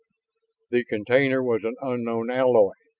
the container was an unknown alloy,